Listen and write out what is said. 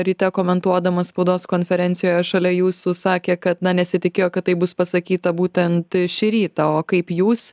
ryte komentuodamas spaudos konferencijoje šalia jūsų sakė kad na nesitikėjo kad tai bus pasakyta būtent šį rytą o kaip jūs